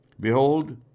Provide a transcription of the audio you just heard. Behold